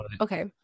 Okay